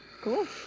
Cool